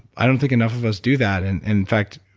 i don't think enough of us do that. and in fact,